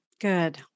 Good